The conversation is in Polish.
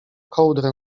kołdrę